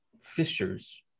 fissures